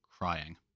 crying